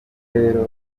rero